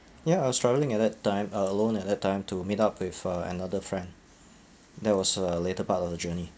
ya I was struggling at that time uh alone at that time to meet up with uh another friend that was uh later part of the journey